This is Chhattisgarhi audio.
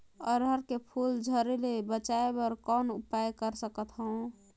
अरहर के फूल झरे ले बचाय बर कौन उपाय कर सकथव?